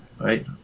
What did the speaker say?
Right